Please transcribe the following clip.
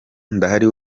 ndahari